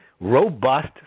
robust